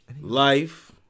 Life